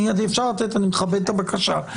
אני מכבד את הבקשה.